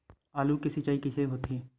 आलू के सिंचाई कइसे होथे?